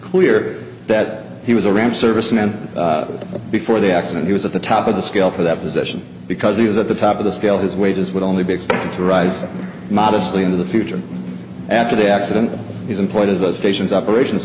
clear that he was a ram serviceman before the accident he was at the top of the scale for that position because he was at the top of the scale his wages would only be expected to rise modestly in the future after the accident he's employed as a station's operations